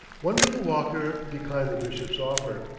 wonderful walker declined the bishop's offer.